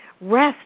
Rest